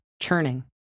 churning